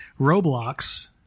Roblox